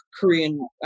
Korean